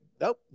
nope